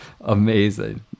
Amazing